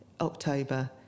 October